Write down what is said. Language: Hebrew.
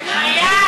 נגד.